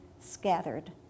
scattered